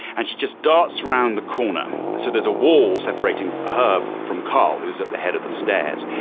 and she just darts round the corner. so there's a wall separating her from carl, who is at the head of the stairs.